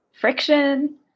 friction